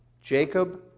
Jacob